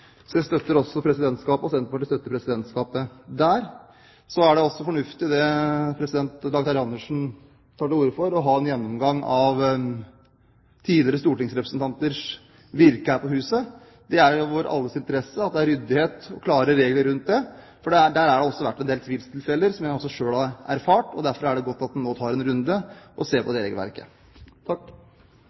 Senterpartiet støtter Presidentskapet der. Så er det også fornuftig, det president Dag Terje Andersen tar til orde for, å ha en gjennomgang av tidligere stortingsrepresentanters virke her på huset. Det er i vår alles interesse at det er ryddighet og klare regler rundt det. Der har det vært en del tvilstilfeller, som jeg også selv har erfart. Derfor er det godt at en nå tar en runde og ser på det regelverket.